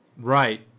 Right